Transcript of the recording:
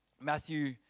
Matthew